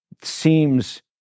seems